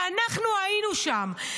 ואנחנו היינו שם.